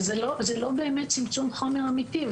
וזה לא באמת צמצום חומר אמיתי.